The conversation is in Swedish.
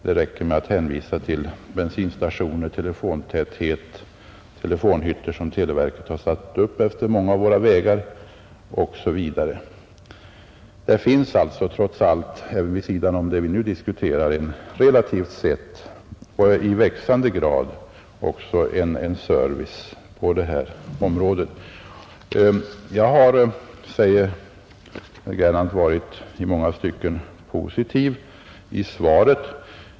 Det räcker med att jag hänvisar till bensinstationerna, telefontätheten, de telefonhytter som televerket har satt upp utefter många vägar osv. Det finns alltså vid sidan av det som vi nu diskuterar relativt sett och i växande grad en service på detta område. I många stycken har jag varit positiv i mitt svar, sade herr Gernandt.